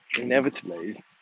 inevitably